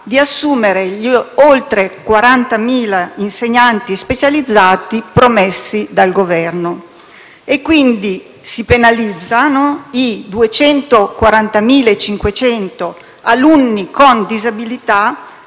di assumere gli oltre 40.000 insegnanti specializzati promessi dal Governo e quindi si penalizzano i 240.500 alunni con disabilità